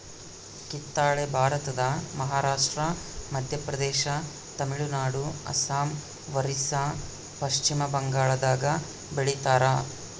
ಕಿತ್ತಳೆ ಭಾರತದ ಮಹಾರಾಷ್ಟ್ರ ಮಧ್ಯಪ್ರದೇಶ ತಮಿಳುನಾಡು ಅಸ್ಸಾಂ ಒರಿಸ್ಸಾ ಪಚ್ಚಿಮಬಂಗಾಳದಾಗ ಬೆಳಿತಾರ